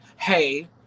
hey